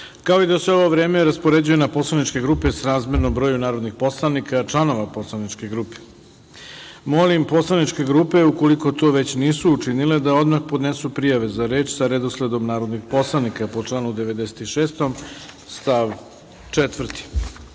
kao i da se ovo vreme raspoređuje na poslaničke grupe srazmerno broju narodnih poslanika članova poslaničke grupe. Molim poslaničke grupe, ukoliko to već nisu učinile da odmah podnesu prijave za reč sa redosledom narodnih poslanika, po članu 96. stav